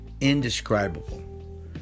indescribable